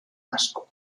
vasco